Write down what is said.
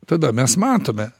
tada mes matome